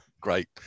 great